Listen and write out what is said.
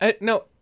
No